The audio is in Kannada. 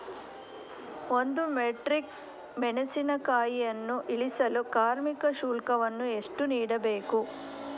ಒಂದು ಮೆಟ್ರಿಕ್ ಮೆಣಸಿನಕಾಯಿಯನ್ನು ಇಳಿಸಲು ಕಾರ್ಮಿಕ ಶುಲ್ಕ ಎಷ್ಟು ನೀಡಬೇಕು?